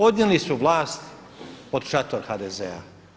Odnijeli su vlast pod šator HDZ-a.